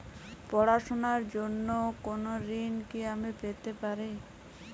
পড়াশোনা র জন্য কোনো ঋণ কি আমি পেতে পারি?